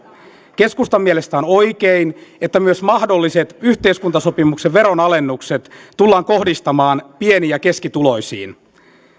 keskustan mielestä on oikein että myös mahdolliset yhteiskuntasopimuksen veronalennukset tullaan kohdistamaan pieni ja keskituloisiin